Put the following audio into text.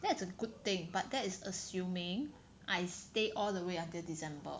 that's a good thing but that is assuming I stay all the way until December